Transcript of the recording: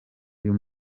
uyu